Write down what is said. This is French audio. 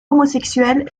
homosexuel